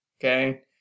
okay